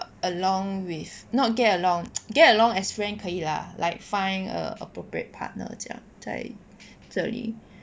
along with not get along get along as friend 可以 lah like find a appropriate partner 这样在这里